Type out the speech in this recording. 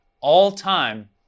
all-time